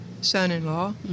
son-in-law